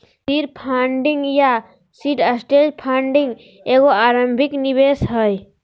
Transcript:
seed funding या seed stage funding एगो आरंभिक निवेश हइ